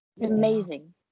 Amazing